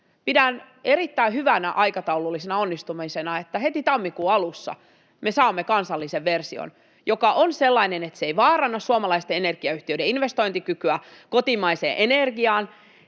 Pidän erittäin hyvänä aikataulullisena onnistumisena, että heti tammikuun alussa me saamme kansallisen version, joka on sellainen, että se ei vaaranna suomalaisten energiayhtiöiden investointikykyä kotimaiseen energiaan